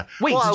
Wait